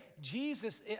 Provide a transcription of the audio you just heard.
Jesus